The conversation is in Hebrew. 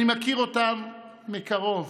אני מכיר אותם מקרוב,